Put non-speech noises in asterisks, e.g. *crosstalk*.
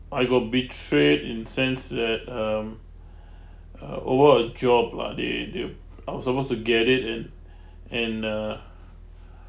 I got betrayed in sense that um *breath* uh over a job lah they deal I was supposed to get it and *breath* and uh